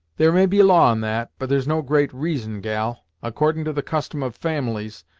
there may be law in that, but there's no great reason, gal. accordin' to the custom of families,